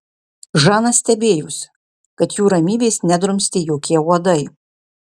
žana stebėjosi kad jų ramybės nedrumstė jokie uodai